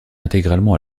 intégralement